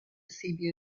cebu